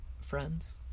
friends